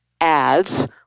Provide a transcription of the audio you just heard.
ads